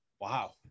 Wow